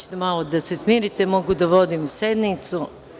Hoćete malo da se smirite, da mogu da vodim sednicu?